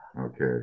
Okay